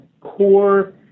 core